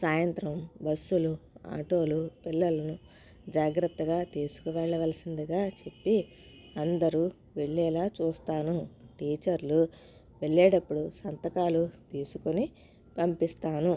సాయంత్రం బస్సులు ఆటోలు పిల్లలను జాగ్రత్తగా తీసుకువెళ్ళవలసిందిగా చెప్పి అందరూ వెళ్ళేలా చూస్తాను టీచర్లు వెళ్ళేటప్పుడు సంతకాలు తీసుకొని పంపిస్తాను